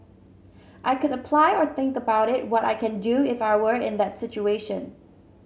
I could apply or think about what I can do if I were in that situation